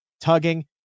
tugging